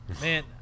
Man